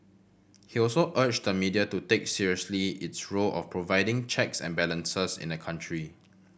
he also urged the media to take seriously its role of providing checks and balances in the country